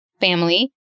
family